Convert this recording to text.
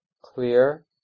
Clear